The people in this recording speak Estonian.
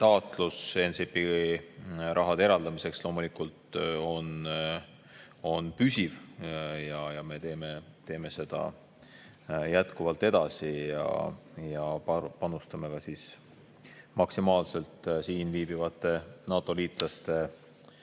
taotlus NCIP‑i raha eraldamiseks loomulikult on püsiv ja me teeme seda jätkuvalt edasi ja panustame ka maksimaalselt siin viibivate NATO-liitlaste